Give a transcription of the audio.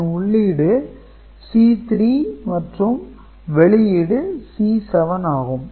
இதன் உள்ளீடு C3 மற்றும் வெளியீடு C7 ஆகும்